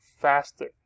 faster